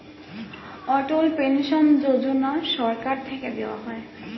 অটল pension Yojana সরকার থেকে দেওয়া হয়